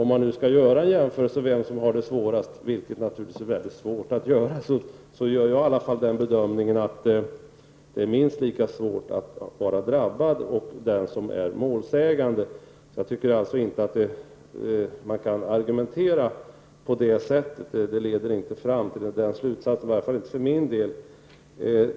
Om vi skall jämföra vem som har det värst, vilket naturligtvis är svårt, gör i alla fall jag den bedömningen att det är minst lika svårt att vara drabbad och att vara målsägande. Jag tycker alltså inte att man kan argumentera på det sätt som Britta Bjelle gör. I varje fall leder argumenteringen inte till samma slutsats för min del.